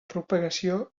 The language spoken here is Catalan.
propagació